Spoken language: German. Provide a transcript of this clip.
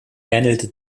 ähnelte